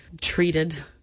treated